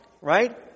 right